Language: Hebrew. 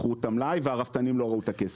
מכרו את המלאי והרפתנים לא ראו את הכסף.